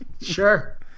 Sure